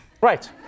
Right